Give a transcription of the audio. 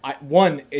one